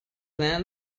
plant